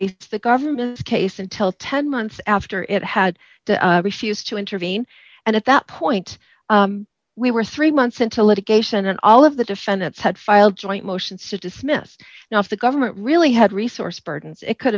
it's the government's case until ten months after it had to be she has to intervene and at that point we were three months into litigation and all of the defendants had filed joint motions to dismiss now if the government really had resource pardons it could